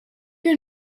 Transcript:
your